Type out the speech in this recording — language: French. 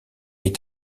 est